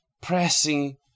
pressing